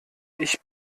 ich